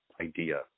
idea